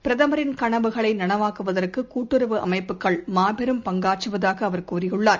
பிரதமரின் கனவுகளைநனவாக்குவதற்குகூட்டுறவு அமைப்புகள் மாபெரும் பங்காற்றுவதாகஅவர் கூறியுள்ளார்